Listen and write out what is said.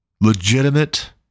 legitimate